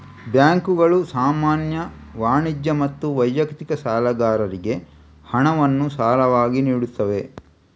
ಬ್ಯಾಂಕುಗಳು ಸಾಮಾನ್ಯ, ವಾಣಿಜ್ಯ ಮತ್ತು ವೈಯಕ್ತಿಕ ಸಾಲಗಾರರಿಗೆ ಹಣವನ್ನು ಸಾಲವಾಗಿ ನೀಡುತ್ತವೆ